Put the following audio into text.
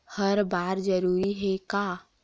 हर बार जरूरी हे का?